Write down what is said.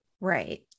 Right